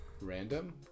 Random